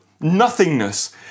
nothingness